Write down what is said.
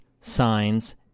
Signs